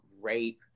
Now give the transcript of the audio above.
rape